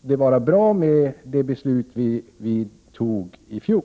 det vara bra med det beslut vi fattade i fjol.